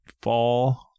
fall